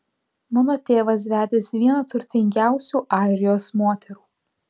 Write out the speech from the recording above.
mano tėvas vedęs vieną turtingiausių airijos moterų